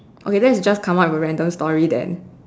okay let's just come up with a random story then